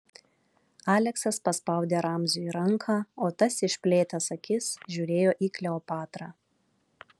aleksas paspaudė ramziui ranką o tas išplėtęs akis žiūrėjo į kleopatrą